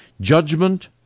Judgment